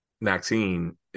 Maxine